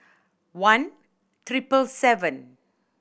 one triple seven